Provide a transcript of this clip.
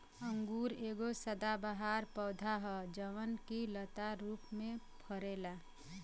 अंगूर एगो सदाबहार पौधा ह जवन की लता रूप में फरेला